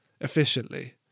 efficiently